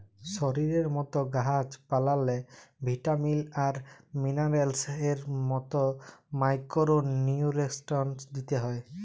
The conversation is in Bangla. শরীরের মত গাহাচ পালাল্লে ভিটামিল আর মিলারেলস এর মত মাইকোরো নিউটিরিএন্টস দিতে হ্যয়